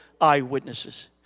eyewitnesses